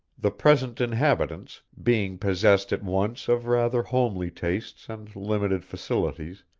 the present inhabitants, being possessed at once of rather homely tastes and limited facilities,